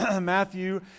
Matthew